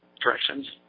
directions